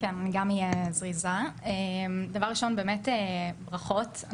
דבר ראשון, באמת ברכות.